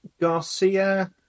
Garcia